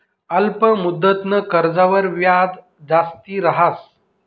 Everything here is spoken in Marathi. अल्प मुदतनं कर्जवर याज जास्ती रहास